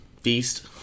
feast